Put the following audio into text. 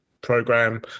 program